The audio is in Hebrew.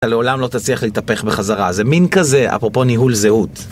אתה לעולם לא תצליח להתהפך בחזרה, זה מין כזה, אפרופו ניהול זהות.